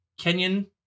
Kenyan